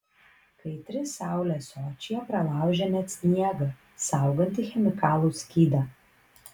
kaitri saulė sočyje pralaužia net sniegą saugantį chemikalų skydą